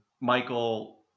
Michael